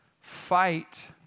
fight